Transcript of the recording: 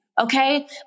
Okay